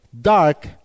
dark